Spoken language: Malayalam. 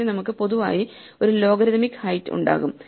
പക്ഷേ നമുക്ക് പൊതുവായി ഒരു ലോഗരിഥമിക് ഹൈറ്റ് ഉണ്ടാകും